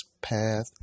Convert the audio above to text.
path